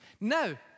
Now